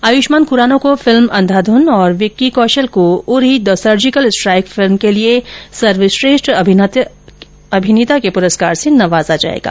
आयुष्मान खुराना को फिल्म अँघाधुन और विक्की कौशल को Uri the surgical strike film के लिए सर्वश्रेष्ठ अभिनेता के पुरस्कार से नवाजा जाएगा